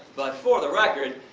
but for the record.